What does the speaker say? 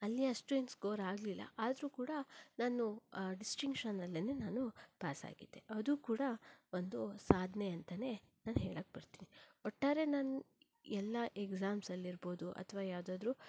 ಅಲ್ಲಿ ಅಷ್ಟು ಏನು ಸ್ಕೋರ್ ಆಗಲಿಲ್ಲ ಆದರೂ ಕೂಡ ನಾನು ಡಿಸ್ಟಿಂಕ್ಷನಲ್ಲೇನೇ ನಾನು ಪಾಸಾಗಿದ್ದೆ ಅದು ಕೂಡ ಒಂದು ಸಾಧನೆ ಅಂತಾನೇ ನಾನು ಹೇಳೋಕ್ಕೆ ಬರ್ತೀನಿ ಒಟ್ಟಾರೆ ನಾನು ಎಲ್ಲ ಎಕ್ಸಾಮ್ಸಲ್ಲಿರ್ಬೋದು ಅಥವಾ ಯಾವುದಾದ್ರೂ